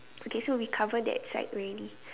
okay so we cover that side already